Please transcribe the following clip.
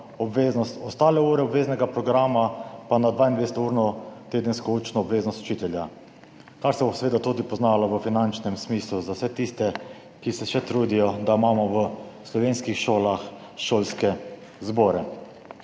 obveznost, ostale ure obveznega programa pa na 22-urno tedensko učno obveznost učitelja, kar se bo seveda tudi poznalo v finančnem smislu za vse tiste, ki se še trudijo, da imamo v slovenskih šolah šolske zbore.